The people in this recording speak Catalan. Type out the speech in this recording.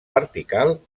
vertical